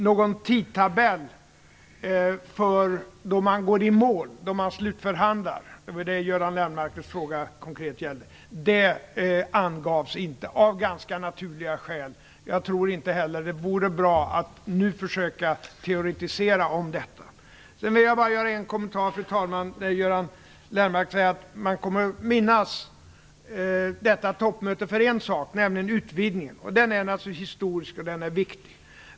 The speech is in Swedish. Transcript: Någon tidtabell för när man går i mål med slutförhandlingarna, som Göran Lennmarkers fråga konkret gällde, angavs inte av ganska naturliga skäl. Jag tror inte heller att det vore bra att nu försöka teoretisera detta. Sedan, fru talman, vill jag bara göra en kommentar till vad Göran Lennmarker sade om att man kommer att minnas detta toppmöte för en sak: utvidgningen. Utvidgningen är naturligtvis historisk och viktig.